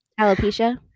Alopecia